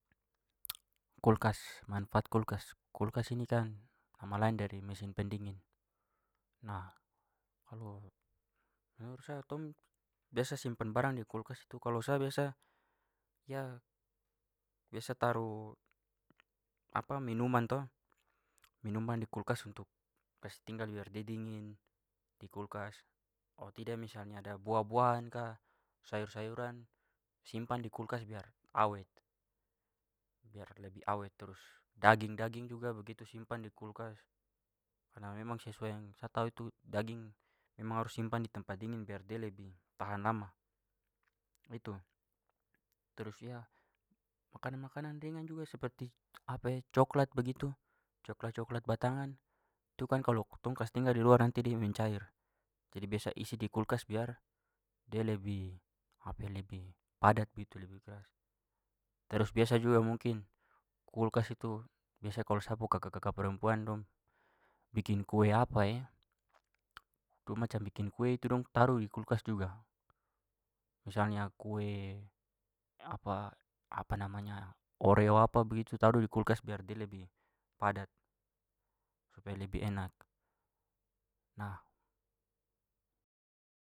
Kulkas, manfaat kulkas. Kulkas ini kan nama lain dari mesin pendingin. Nah, kalau menurut saya tong biasa simpan barang di kulkas itu kalau sa biasa biasa taruh minuman to minuman di kulkas untuk kasih tinggal biar dia dingin di kulkas. Kalau tidak misalnya ada buah-buahan ka sayur-sayuran simpan di kulkas biar awet. Biar lebih awet terus. Daging-daging juga begitu simpan di kulkas karena memang sesuai yang sa tahu itu daging memang harus simpan di tempat dingin biar dia lebih tahan lama. Itu. Terus makanan-makanan ringan juga seperti coklat begitu, coklat-coklat batangan, itu kan kalau tong kasih tinggal di luar nanti dia mencair, jadi biasa isi di kulkas biar dia lebih lebih padat begitu lebih keras. Terus biasa juga mungkin kulkas itu biasa kalau sa pu kaka-kaka perempuan dong bikin kue itu macam bikin kue itu dong taruh di kulkas juga. Misalnya kue oreo apa begitu taruh di kulkas biar dia lebih padat supaya lebih enak. Nah.